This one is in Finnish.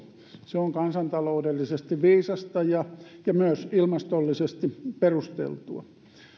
se on kansantaloudellisesti viisasta ja myös ilmastollisesti perusteltua